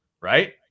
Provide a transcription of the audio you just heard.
Right